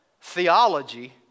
theology